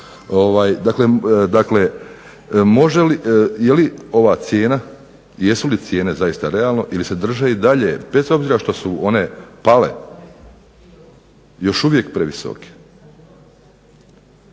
Dakle, je li ova cijena, jesu li cijene zaista realne ili se drže i dalje bez obzira što su one pale još uvijek previsoke?